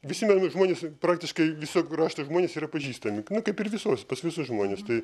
visi mano žmonės praktiškai viso krašto žmonės yra pažįstami na kaip ir visuose pas visus žmones tai